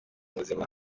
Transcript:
buzima